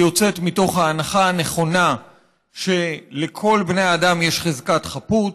היא יוצאת מתוך ההנחה הנכונה שלכל בני האדם יש חזקת חפות